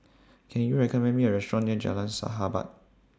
Can YOU recommend Me A Restaurant near Jalan Sahabat